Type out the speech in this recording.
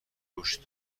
رشد